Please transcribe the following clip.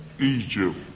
Egypt